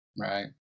Right